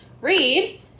read